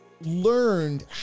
learned